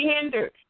hindered